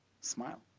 Smile